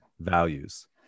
values